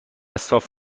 صاف